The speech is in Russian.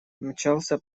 мчался